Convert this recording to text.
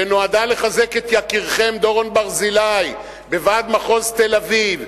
שנועדה לחזק את יקירכם דורון ברזילי בוועד מחוז תל-אביב,